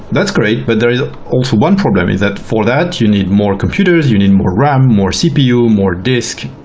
that's great, but there is also one problem is that, for that you need more computers, you need more ram, more cpu, more disk